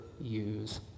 use